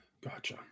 Gotcha